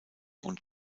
und